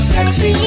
Sexy